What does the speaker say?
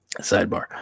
sidebar